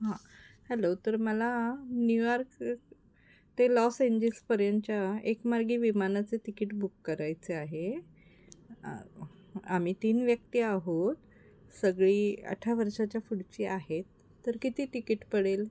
हां हॅलो तर मला न्यूयॉर्क ते लॉस एंजेल्सपर्यंतच्या एकमार्गी विमानाचं तिकीट बुक करायचे आहे आम्ही तीन व्यक्ती आहोत सगळी अठरा वर्षाच्या पुढची आहेत तर किती तिकीट पडेल